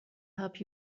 help